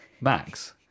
Max